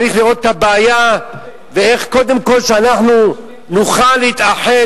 צריך לראות את הבעיה ואיך קודם כול אנחנו נוכל להתאחד.